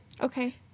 Okay